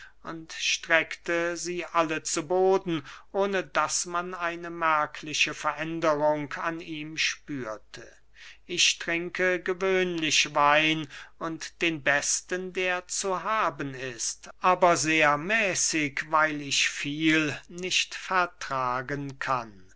und streckte sie alle zu boden ohne daß man eine merkliche veränderung an ihm spürte ich trinke gewöhnlich wein und den besten der zu haben ist aber sehr mäßig weil ich viel nicht vertragen kann